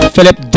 Philip